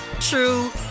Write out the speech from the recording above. true